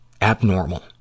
abnormal